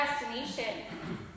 destination